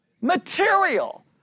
material